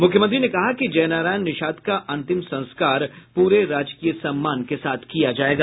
मुख्यमंत्री ने कहा कि जय नारायण निषाद का अंतिम संस्कार पूरे राजकीय सम्मान के साथ किया जायेगा